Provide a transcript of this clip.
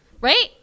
right